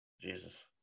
jesus